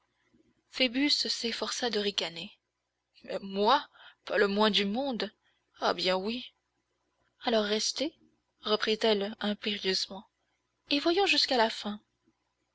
phoebus s'efforça de ricaner moi pas le moins du monde ah bien oui alors restez reprit-elle impérieusement et voyons jusqu'à la fin